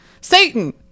satan